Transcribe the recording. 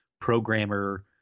programmer